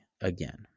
again